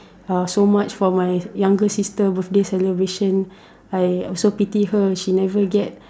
uh so much for my younger sister birthday celebration I I also pity her she never get